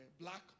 black